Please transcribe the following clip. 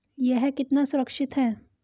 यह कितना सुरक्षित है?